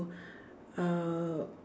uh